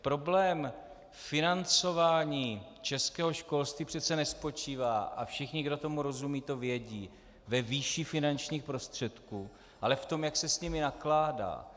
Problém financování českého školství přece nespočívá, a všichni, kdo tomu rozumějí, to vědí, ve výši finančních prostředků, ale v tom, jak se s nimi nakládá.